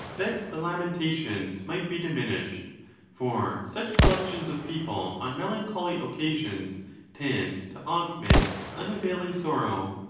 that the lamentations might be diminished for such collections of people on melancholy occasions tend to augment unavailing sorrow.